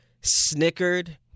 snickered